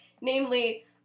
Namely